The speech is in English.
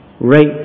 rape